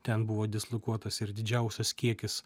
ten buvo dislokuotas ir didžiausias kiekis